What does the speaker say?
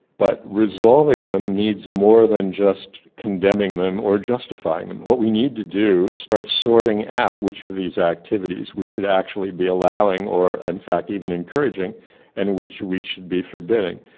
but resolving them needs more than just condemning them or justifying them. what we need to do is start sorting out which of these activities we should actually be allowing or in and fact even encouraging and which we should be forbidding.